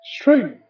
strange